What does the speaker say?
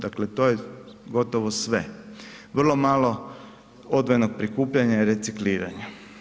Dakle to je gotovo sve, vrlo malo odvojenog prikupljanja i recikliranja.